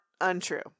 untrue